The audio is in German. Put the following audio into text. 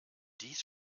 dies